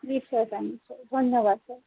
নিশ্চয় ছাৰ নিশ্চয় ধন্য়বাদ ছাৰ